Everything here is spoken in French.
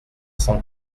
cent